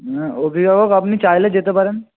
না অভিভাবক আপনি চাইলে যেতে পারেন